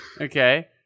okay